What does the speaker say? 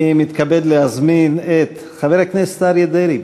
אני מתכבד להזמין את חבר הכנסת אריה דרעי.